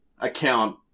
account